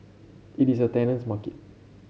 it is a tenant's market